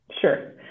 Sure